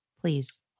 please